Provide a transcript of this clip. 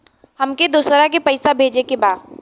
हमके दोसरा के पैसा भेजे के बा?